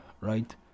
right